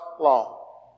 law